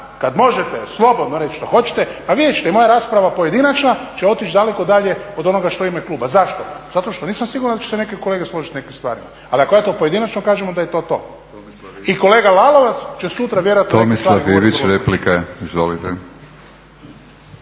kad možete slobodno reći što hoćete pa vidjet ćete moja rasprava pojedinačna će otići daleko dalje od onoga što je u ime kluba. Zašto? Zato što nisam siguran da će se neke kolege složiti s nekim stvarima. Ali ako ja to pojedinačno kažem onda je to to. I kolega Lalovac će sutra vjerojatno govoriti vrlo slično.